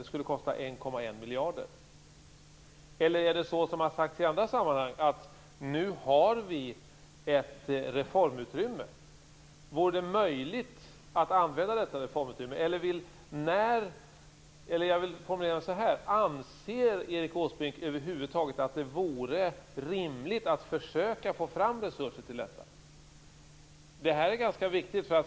Det skulle kosta 1,1 miljard. Eller är det så, som har sagts i andra sammanhang, att vi nu har ett reformutrymme? Vore det i så fall möjligt att använda detta reformutrymme? Eller jag kanske skall formulera frågan så här: Anser Erik Åsbrink över huvud taget att det vore rimligt att försöka få fram resurser till detta? Det här är ganska viktigt.